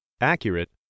accurate